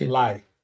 life